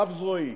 רב-זרועי.